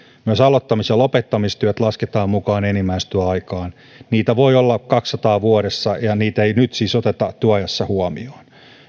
myös aloittamis ja lopettamistyöt lasketaan mukaan enimmäistyöaikaan niitä voi olla kahdessasadassa vuodessa ja niitä ei nyt siis oteta työajassa huomioon